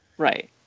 right